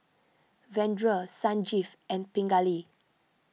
Vedre Sanjeev and Pingali